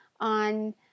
on